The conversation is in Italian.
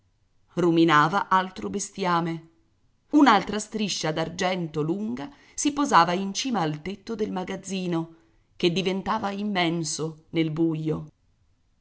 ruminava altro bestiame un'altra striscia d'argento lunga si posava in cima al tetto del magazzino che diventava immenso nel buio